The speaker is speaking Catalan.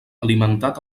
alimentat